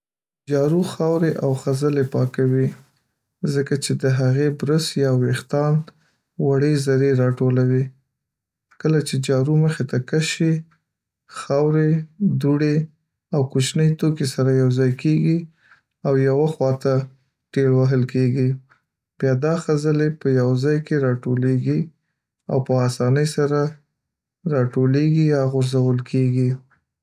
جارو خاورې او خځلې پاکوي ځکه چې د هغې برس یا وېښتان وړې ذرې راټولوي. کله چې جارو مخې ته کش شي، خاورې، دوړې او کوچني توکي سره یوځای کېږي او یوه خوا ته ټېل وهل کېږي. بیا دا خځلې په یوه ځای کې ټولېږي او په اسانۍ سره راټولیږي یا غورځول کېږي.